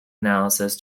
analysis